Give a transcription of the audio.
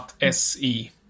se